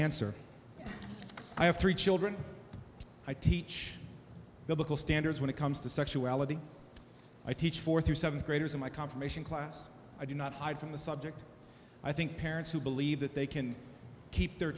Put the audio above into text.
answer i have three children i teach biblical standards when it comes to sexuality i teach fourth or seventh graders in my confirmation class i do not hide from the subject i think parents who believe that they can keep their